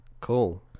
Cool